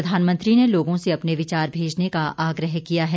प्रधानमंत्री ने लोगों से अपने विचार भेजने का आग्रह किया है